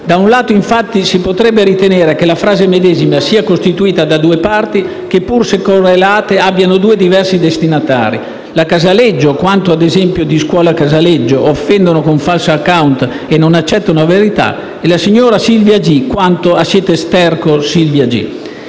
Da un lato, infatti, si potrebbe ritenere che la frase medesima sia costituita da due parti, che, pur se correlate, abbiano due diversi destinatari: la Casaleggio Associati Srl quanto a «Esempio di scuola @casaleggio, offendono con falso *account* e non accettano la verità:» e la signora Silvia G. quanto a «Siete sterco @Silvia G.».